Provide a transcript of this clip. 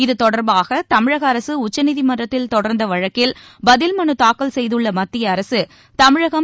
இத்தொடர்பாக தமிழக அரசு உச்சநீதிமன்றத்தில் தொடர்ந்த வழக்கில் பதில் மனு தாக்கல் செய்துள்ள மத்திய அரசு தமிழகம்